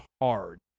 hard